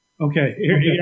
Okay